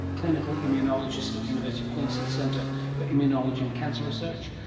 clinical immunologist at the university of queensland centre for immunology and cancer research.